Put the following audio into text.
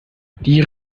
die